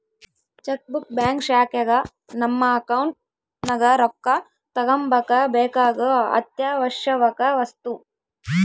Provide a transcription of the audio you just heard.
check book bank ಶಾಖೆಗ ನಮ್ಮ account ನಗ ರೊಕ್ಕ ತಗಂಬಕ ಬೇಕಾಗೊ ಅತ್ಯಾವಶ್ಯವಕ ವಸ್ತು